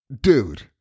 dude